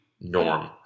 norm